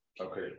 Okay